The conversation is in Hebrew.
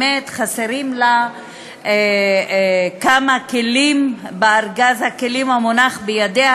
באמת חסרים לה כמה כלים בארגז הכלים המונח בידיה,